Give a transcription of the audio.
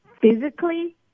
physically